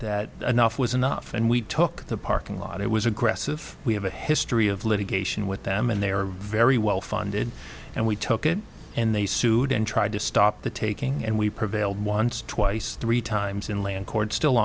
that enough was enough and we took the parking lot it was aggressive we have a history of litigation with them and they were very well funded and we took it and they sued and tried to stop the taking and we prevailed once twice three times in land court still